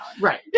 Right